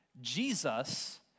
Jesus